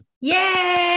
Yay